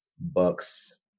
Bucks